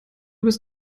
bist